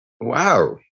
Wow